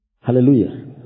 Hallelujah